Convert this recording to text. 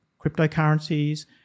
cryptocurrencies